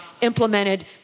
implemented